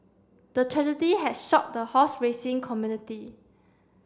the tragedy had shocked the horse racing community